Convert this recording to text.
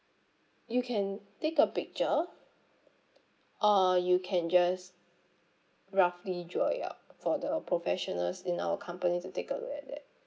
you can take a picture or you can just roughly draw it up for the professionals in our company to take a look at that